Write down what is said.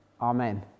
Amen